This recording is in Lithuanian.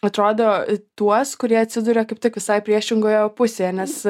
atrodo tuos kurie atsiduria kaip tik visai priešingoje pusėje nes